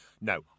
No